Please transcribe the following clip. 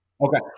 okay